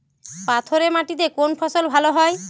পাথরে মাটিতে কোন ফসল ভালো হয়?